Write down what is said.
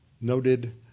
noted